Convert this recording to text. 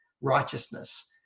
righteousness